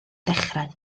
dechrau